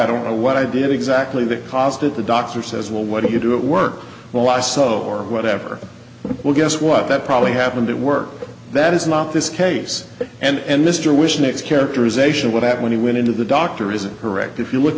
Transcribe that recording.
i don't know what i did exactly that caused it the doctor says well what do you do it work well i saw or whatever well guess what that probably happened at work that is not this case and mr wish next characterization would have when he went into the doctor isn't correct if you look